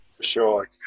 Sure